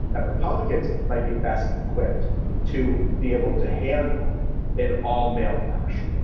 that republicans might be best equipped to be able to handle an all male election.